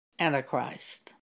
Antichrist